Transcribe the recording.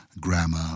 grammar